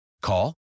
Call